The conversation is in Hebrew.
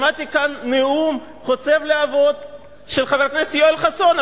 שמעתי כאן נאום חוצב להבות של חבר הכנסת יואל חסון,